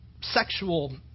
sexual